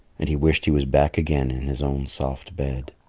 and he wished he was back again in his own soft bed.